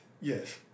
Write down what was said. Yes